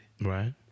Right